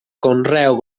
conreu